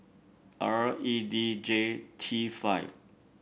R E D J T five